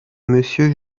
monsieur